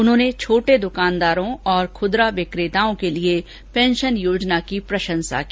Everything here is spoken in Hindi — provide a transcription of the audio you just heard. उन्होंने छोटे दुकानदारों और खुदरा विक्रेताओं के लिए पेंशन योजना की प्रशंसा की